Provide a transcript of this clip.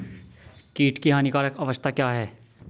कीट की हानिकारक अवस्था क्या है?